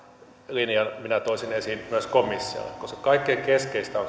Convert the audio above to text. linjan minä toisin esiin myös komissiolle koska kaikkein keskeisintä on